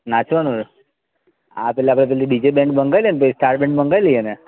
નાચવાનું છે આ પહેલાં આપણે ડીજે બેન્ડ મંગાવેલું પછી સ્ટાર બેન્ડ મંગાવી લઈએ ને